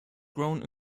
grown